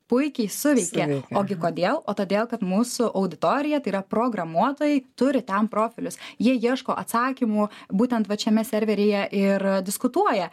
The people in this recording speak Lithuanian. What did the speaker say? puikiai suveikė o gi kodėl o todėl kad mūsų auditorija tai yra programuotojai turi ten profilius jie ieško atsakymų būtent vat šiame serveryje ir diskutuoja